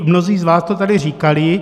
Mnozí z vás to tady říkali.